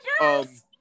Yes